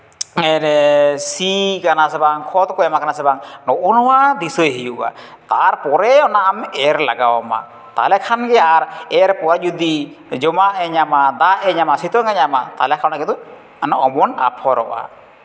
ᱥᱤᱭᱟᱠᱟᱱᱟ ᱥᱮ ᱵᱟᱝ ᱠᱷᱚᱛ ᱠᱚ ᱮᱢ ᱠᱟᱱᱟ ᱥᱮ ᱵᱟᱝ ᱱᱚᱜᱼᱚ ᱱᱚᱣᱟ ᱫᱤᱥᱟᱹᱭ ᱦᱩᱭᱩᱜᱼᱟ ᱛᱟᱨᱯᱚᱨᱮ ᱚᱱᱟ ᱟᱢ ᱮᱨ ᱞᱟᱜᱟᱣ ᱟᱢᱟ ᱛᱟᱦᱚᱞᱮ ᱠᱷᱟᱱᱜᱮ ᱟᱨ ᱮᱨ ᱯᱚᱨ ᱡᱩᱫᱤ ᱡᱚᱢᱟᱜ ᱮ ᱧᱟᱢᱟ ᱫᱟᱜ ᱮ ᱧᱟᱢᱟ ᱥᱤᱛᱩᱝ ᱮ ᱧᱟᱢᱟ ᱛᱟᱦᱚᱞᱮᱠᱷᱟᱱ ᱚᱱᱟ ᱠᱤᱱᱛᱩ ᱚᱱᱟ ᱚᱢᱚᱱ ᱟᱯᱷᱚᱨᱚᱜᱼᱟ